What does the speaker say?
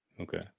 Okay